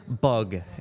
bug